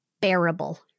bearable